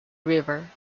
river